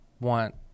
want